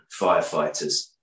firefighters